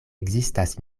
ekzistas